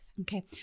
Okay